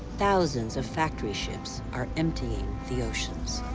thousands of factory ships are emptying the oceans.